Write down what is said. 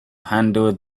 handle